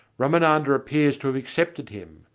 ramananda appears to have accepted him,